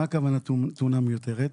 מה הכוונה תאונה מיותרת?